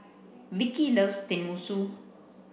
Vikki loves Tenmusu